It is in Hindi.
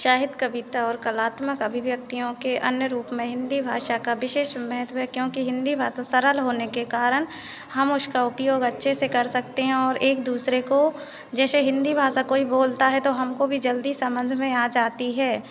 साहित्य कविता और कलात्मक अभिव्यक्तियों के अन्य रूप में हिंदी भाषा का विशेष महत्व है क्योंकि हिंदी भाषा सरल होने के कारण हम उसका उपयोग अच्छे से कर सकते हैं और एक दूसरे को जैसे हिंदी भाषा कोई बोलता है तो हमको भी जल्दी में समझ आ जाती है